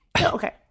Okay